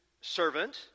servant